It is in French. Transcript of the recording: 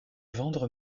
vendre